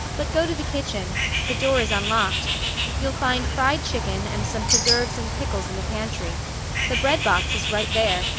but go to the kitchen the door is unlocked you'll find fried chicken and some preserves and pickles in the pantry the bread box is right there,